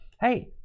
Hey